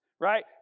right